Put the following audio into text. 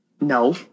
No